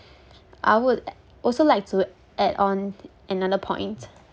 I would also like to add on another point